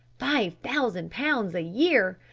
five thousand pounds a year!